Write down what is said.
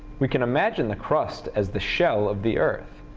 we can imagine the crust as the shell of the earth.